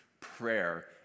prayer